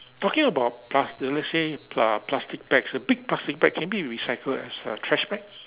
talking about plaster let's say uh plastic bags the big plastic bag can it be recycled as a trash bag